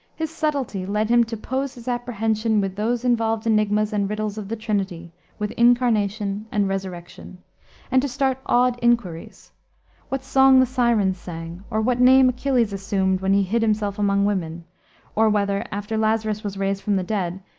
his subtlety led him to pose his apprehension with those involved enigmas and riddles of the trinity with incarnation and resurrection and to start odd inquiries what song the syrens sang, or what name achilles assumed when he hid himself among women or whether, after lazarus was raised from the dead,